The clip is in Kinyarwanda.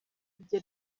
ibyo